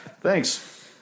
Thanks